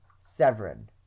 Severin